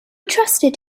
trusted